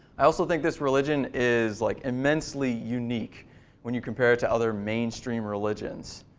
i also think this religion is like immensely unique when you compare it to other mainstream religions.